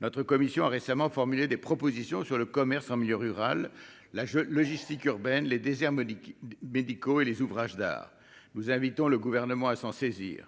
notre commission a récemment formulé des propositions sur le commerce en milieu rural, là je logistique urbaine les déserts Monique médicaux et les ouvrages d'art, nous invitons le gouvernement à s'en saisir,